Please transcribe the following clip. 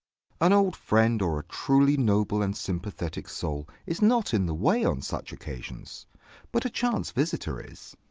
an old friend or a truly noble and sympathetic soul is not in the way on such occasions but a chance visitor is.